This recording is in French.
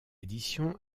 édition